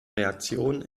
reaktion